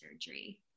surgery